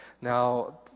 Now